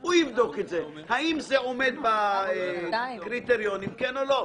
הוא יבדוק האם זה עומד בקריטריונים כן או לא.